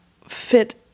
fit